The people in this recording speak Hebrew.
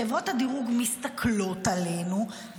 חברות הדירוג מסתכלות עלינו,